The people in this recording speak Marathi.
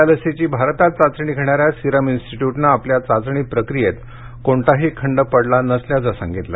या लसीची भारतात चाचणी घेणाऱ्या सिरम इन्स्टीट्यूटनं आपल्या चाचणी प्रक्रियेत कोणताही खंड पडला नसल्याचं सांगितलं